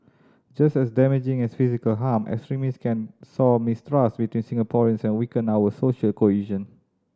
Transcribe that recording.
just as damaging as physical harm extremists can sow mistrust between Singaporeans and weaken our social cohesion